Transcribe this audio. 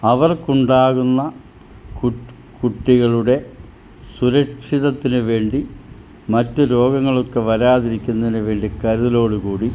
അവർക്കുണ്ടാകുന്ന കു കുട്ടികളുടെ സുരക്ഷിതത്വത്തിനു വേണ്ടി മറ്റു രോഗങ്ങളൊക്കെ വരാതിരിക്കുന്നതിനു വേണ്ടി കരുതലോടു കൂടി